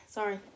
Sorry